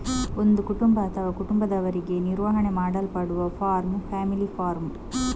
ಒಂದು ಕುಟುಂಬ ಅಥವಾ ಕುಟುಂಬದವರಿಂದ ನಿರ್ವಹಣೆ ಮಾಡಲ್ಪಡುವ ಫಾರ್ಮ್ ಫ್ಯಾಮಿಲಿ ಫಾರ್ಮ್